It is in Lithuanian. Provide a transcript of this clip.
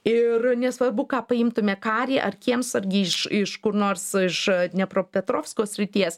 ir nesvarbu ką paimtume karį ar kiemsargį iš iš kur nors iš dniepropetrovsko srities